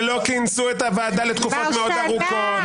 לא כינסו את הוועדה לתקופות מאוד ארוכות.